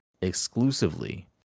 exclusively